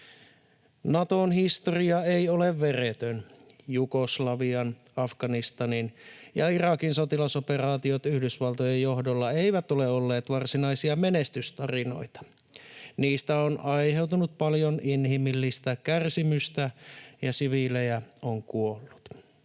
Naton historia ei ole veretön. Jugoslavian, Afganistanin ja Irakin sotilasoperaatiot Yhdysvaltojen johdolla eivät ole olleet varsinaisia menestystarinoita. Niistä on aiheutunut paljon inhimillistä kärsimystä, ja siviilejä on kuollut.